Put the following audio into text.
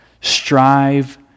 strive